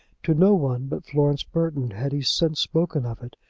to no one but florence burton had he since spoken of it,